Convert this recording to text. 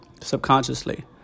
subconsciously